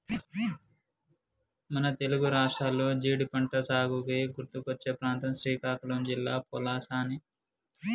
మన తెలుగు రాష్ట్రాల్లో జీడి పంటసాగుకి గుర్తుకొచ్చే ప్రాంతం శ్రీకాకుళం జిల్లా పలాసనే